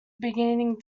beginning